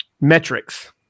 metrics